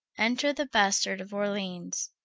enter the bastard of orleance.